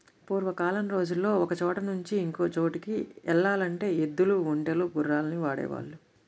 పూర్వకాలం రోజుల్లో ఒకచోట నుంచి ఇంకో చోటుకి యెల్లాలంటే ఎద్దులు, ఒంటెలు, గుర్రాల్ని వాడేవాళ్ళు